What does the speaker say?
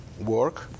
work